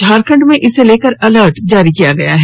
झारखंड में इसे लेकर अलर्ट जारी किया गया है